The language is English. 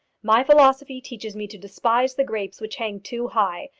my philosophy teaches me to despise the grapes which hang too high,